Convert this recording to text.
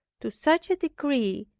to such a degree,